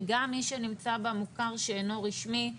גם מי שנמצא במוכר שאינו רשמי,